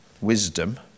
wisdom